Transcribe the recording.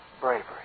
bravery